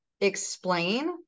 explain